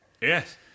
Yes